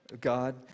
God